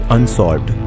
Unsolved